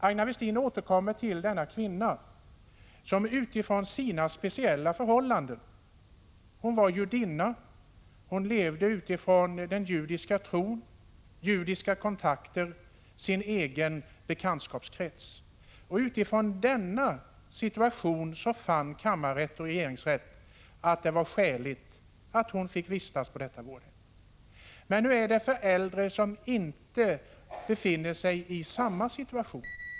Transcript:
Aina Westin återkom till den kvinna om vilken kammarrätt och regeringsrätt fann, utifrån kvinnans speciella förhållanden — hon var judinna, levde enligt den judiska tron, hade judiska kontakter och hade sin egen bekantskapskrets — att det var skäligt att hon fick vistas på detta vårdhem. Men hur är det för äldre som inte befinner sig i samma situation?